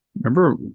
remember